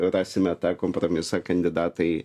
rasime tą kompromisą kandidatai